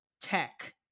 tech